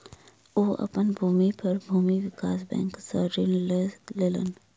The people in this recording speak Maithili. ओ अपन भूमि पर भूमि विकास बैंक सॅ ऋण लय लेलैन